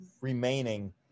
remaining